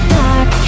dark